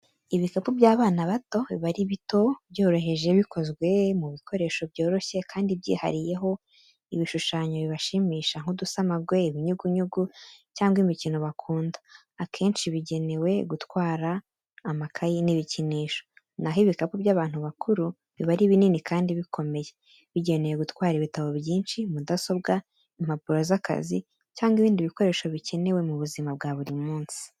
Ibikapu by’abana bato biba ari bito, byoroheje, bikozwe mu bikoresho byoroshye kandi byihariyeho ibishushanyo bibashimisha nk’udusamagwe, ibinyugunyugu cyangwa imikino bakunda. Akenshi bigenewe gutwara amakayi n’ibikinisho. Na ho ibikapu by’abantu bakuru biba ari binini kandi bikomeye, bigenewe gutwara ibitabo byinshi, mudasobwa, impapuro z’akazi cyangwa ibindi bikoresho bikenewe mu buzima bwa buri munsi.